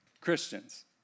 Christians